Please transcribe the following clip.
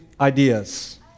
ideas